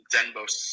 Denbo's